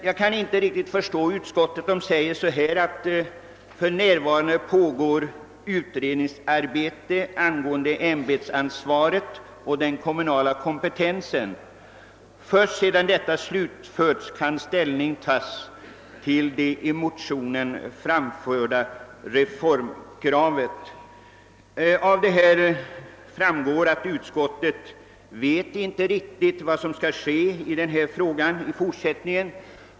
Jag kan inte riktigt förstå följande uttalande av utskottet: »För närvarande pågår utredningsarbete angående ämbetsansvaret och den kommunala kompetensen. Först sedan detta slutförts kan ställning tagas till det i motionerna framförda reformkravet.» Av detta uttalande framgår att utskottet inte riktigt vet vad som kommer att ske i denna fråga i fortsättningen.